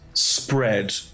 Spread